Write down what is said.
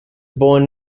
born